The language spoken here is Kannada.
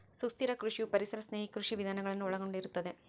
ಸುಸ್ಥಿರ ಕೃಷಿಯು ಪರಿಸರ ಸ್ನೇಹಿ ಕೃಷಿ ವಿಧಾನಗಳನ್ನು ಒಳಗೊಂಡಿರುತ್ತದೆ